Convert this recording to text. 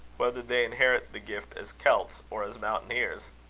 whether they inherit the gift as celts or as mountaineers.